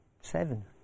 seven